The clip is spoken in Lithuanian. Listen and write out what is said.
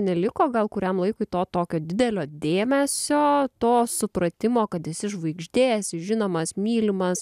neliko gal kuriam laikui to tokio didelio dėmesio to supratimo kad esi žvaigždė esi žinomas mylimas